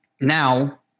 now